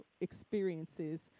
experiences